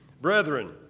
Brethren